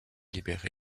libéré